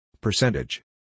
Percentage